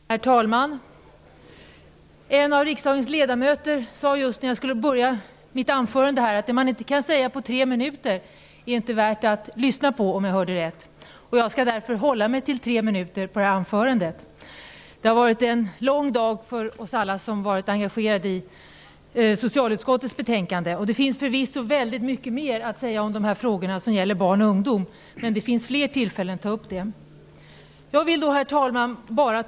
Herr talman! Just när jag skulle börja hålla mitt anförande sade en av riksdagens ledamöter, om jag hörde rätt, att det man inte kan säga på tre minuter inte är värt att lyssna på. Jag skall därför hålla mig till tre minuter för detta anförande. Det har varit en lång dag för alla oss som har varit engagerade i socialutskottets betänkanden. Det finns förvisso mycket mer att säga om de frågor som gäller barn och ungdom, men det blir fler tillfällen att ta upp dem. Herr talman!